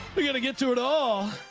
we got to get through it all.